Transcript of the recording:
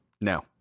No